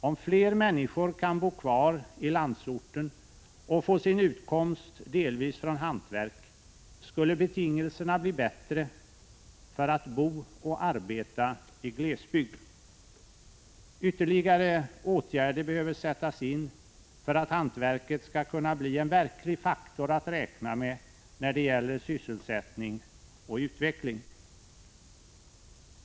Om fler människor kunde bo kvar i landsorten och få sin utkomst delvis från hantverk, skulle betingelserna bli bättre för att bo och arbeta i glesbygd. Ytterligare åtgärder behöver sättas in för att hantverket skall kunna bli en verklig faktor att räkna med när det gäller sysselsättning och utveckling.